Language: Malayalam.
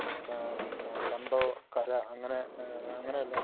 ആ കണ്ടവോ കര അങ്ങനെ അങ്ങനെയല്ല